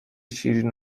شیرین